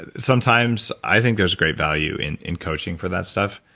and sometimes i think there's great value in in coaching for that stuff.